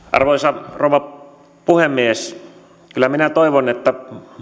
arvoisa rouva puhemies kyllä minä toivon että